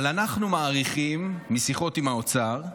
אבל אנחנו מעריכים משיחות עם האוצר,